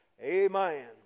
amen